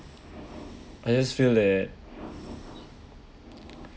I just feel that